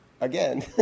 again